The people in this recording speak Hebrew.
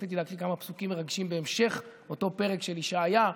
רציתי להקריא כמה פסוקים מרגשים בהמשך אותו פרק של ישעיה,